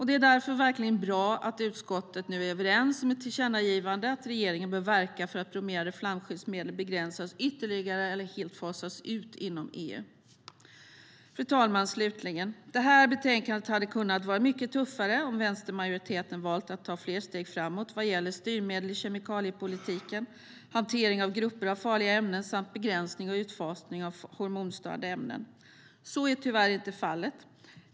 Det är därför verkligen bra att utskottet nu är överens om ett tillkännagivande om att regeringen bör verka för att bromerade flamskyddsmedel begränsas ytterligare eller helt fasas ut inom EU. Fru talman! Slutligen: Det här betänkandet hade kunnat vara mycket tuffare, om vänstermajoriteten hade valt att ta fler steg framåt vad gäller styrmedel i kemikaliepolitiken, hantering av grupper av farliga ämnen samt begränsning och utfasning av hormonstörande ämnen. Men så är tyvärr inte fallet.